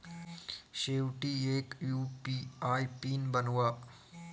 शेवटी एक UPI PIN बनवा